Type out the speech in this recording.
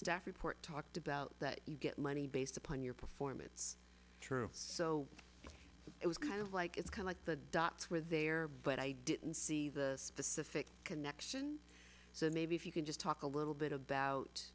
staff report talked about that you get money based upon your performance so it was kind of like it's kind of the dots were there but i didn't see the specific connection so maybe if you can just talk a little bit about